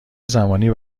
زمانی